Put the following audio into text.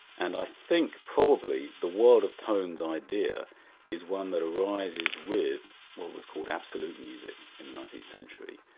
and i think probably the world of tones idea is one that arises with what was called absolute music in the nineteenth century,